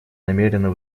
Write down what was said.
намерена